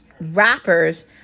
Rappers